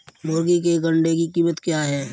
मुर्गी के एक अंडे की कीमत क्या है?